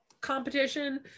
competition